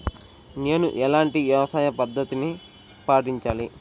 నేను ఎలాంటి వ్యవసాయ పద్ధతిని పాటించాలి?